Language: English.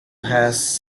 has